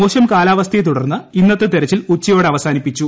മോശം കാലാവസ്ഥയെ തുടർന്ന് ഇന്നത്തെ ഒത്രുച്ചിൽ ഉച്ചയോടെ അവസാനിപ്പിച്ചു